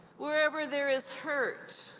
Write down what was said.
wherever there is hurt,